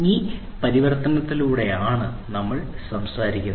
ഈ പരിവർത്തനത്തിലൂടെയാണ് നമ്മൾ സംസാരിക്കുന്നത്